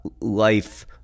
life